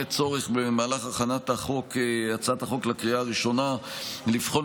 במהלך הכנת הצעת החוק לקריאה ראשונה יהיה צורך לבחון